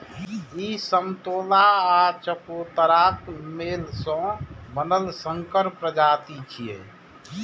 ई समतोला आ चकोतराक मेल सं बनल संकर प्रजाति छियै